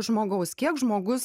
žmogaus kiek žmogus